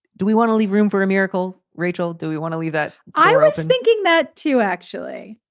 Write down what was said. do we want to leave room for a miracle? rachel, do we want to leave that? i was thinking that, too, actually.